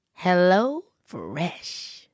HelloFresh